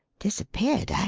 disappeared, ah?